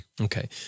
Okay